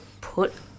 put